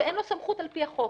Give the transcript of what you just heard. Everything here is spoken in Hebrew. שאין לו סמכות על פי החוק,